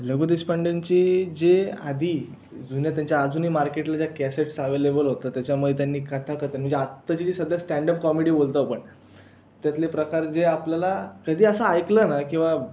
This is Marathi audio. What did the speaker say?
लघु देशपांडेंची जे आधी जुन्या त्यांच्या अजूनही मार्केटला ज्या कॅसेट्स अवलेबल होतात त्याच्यामध्ये त्यांनी कथाकथन म्हणजे आताची जी सध्या स्टँडप कॉमेडी बोलतो आपण त्यातले प्रकार जे आपल्याला कधी असं ऐकलं ना किंवा